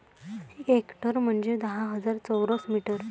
एक हेक्टर म्हंजे दहा हजार चौरस मीटर